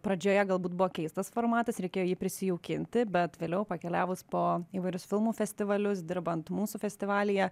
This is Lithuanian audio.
pradžioje galbūt buvo keistas formatas reikėjo jį prisijaukinti bet vėliau pakeliavus po įvairius filmų festivalius dirbant mūsų festivalyje